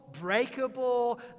breakable